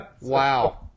Wow